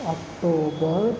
October